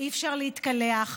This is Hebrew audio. אי-אפשר להתקלח,